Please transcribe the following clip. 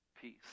peace